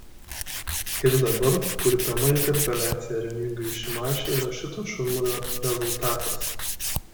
ir dabar kurpiama interpeliacija remigijui šimašiui yra šito šurmulio rezultatas